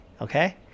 Okay